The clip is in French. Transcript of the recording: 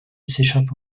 s’échappe